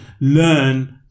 learn